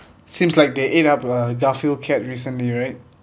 seems like they ate up a garfield cat recently right